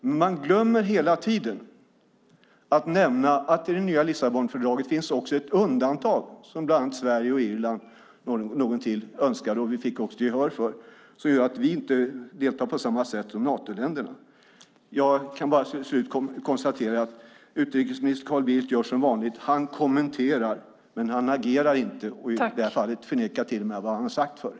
Men man glömmer hela tiden att nämna att i det nya Lissabonfördraget finns också ett undantag som bland annat Sverige och Irland och någon till önskade och också fick gehör för och som gör att vi inte deltar på samma sätt som Natoländerna. Jag kan bara till slut konstatera att utrikesminister Carl Bildt gör som vanligt: Han kommenterar, men han agerar inte. I det här fallet förnekar han till och med vad han har sagt förut.